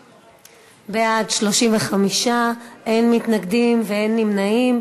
בעד, 35, אין מתנגדים ואין נמנעים.